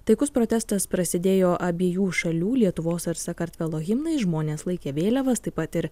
taikus protestas prasidėjo abiejų šalių lietuvos ar sakartvelo himnai žmonės laikė vėliavas taip pat ir